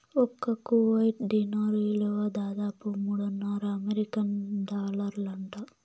ఒక్క Kuwait dinar ఇలువ దాదాపు మూడున్నర అమెరికన్ డాలర్లంట